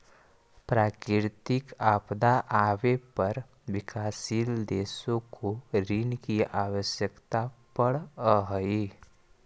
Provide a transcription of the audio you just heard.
प्राकृतिक आपदा आवे पर विकासशील देशों को ऋण की आवश्यकता पड़अ हई